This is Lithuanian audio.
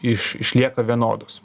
iš išlieka vienodos